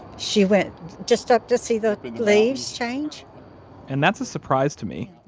she went just up to see the leaves change and that's a surprise to me,